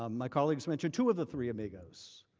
um my colleagues mentioned two of the three amigos.